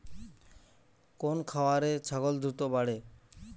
কোন খাওয়ারে ছাগল দ্রুত বাড়ে?